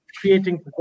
creating